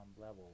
level